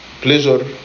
Pleasure